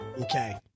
Okay